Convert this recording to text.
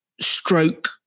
stroke